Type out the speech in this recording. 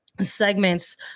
segments